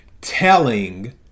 telling